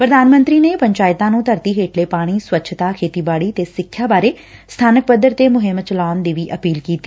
ਪ੍ਰਧਾਨ ਮੰਤਰੀ ਨੇ ਪੰਚਾਇਤਾਂ ਨੂੰ ਧਰਤੀ ਹੇਠਲੇ ਪਾਣੀ ਸਵੱਛਤਾ ਖੇਤੀਬਾੜੀ ਤੇ ਸਿੱਖਿਆ ਬਾਰੇ ਸਬਾਨਕ ਪੱਧਰ ਤੇ ਮੁਹਿੰਮ ਚਲਾਉਣ ਦੀ ਵੀ ਅਪੀਲ ਕੀਤੀ